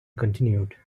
continued